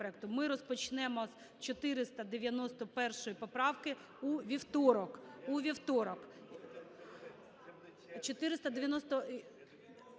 Ми розпочнемо з 491 поправки у вівторок,